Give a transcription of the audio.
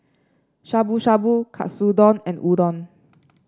Shabu Shabu Katsudon and Udon